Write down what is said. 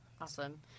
Awesome